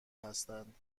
هستند